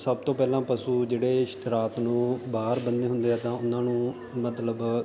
ਸਭ ਤੋਂ ਪਹਿਲਾਂ ਪਸ਼ੂ ਜਿਹੜੇ ਰਾਤ ਨੂੰ ਬਾਹਰ ਬੰਨੇ ਹੁੰਦੇ ਆ ਤਾਂ ਉਹਨਾਂ ਨੂੰ ਮਤਲਬ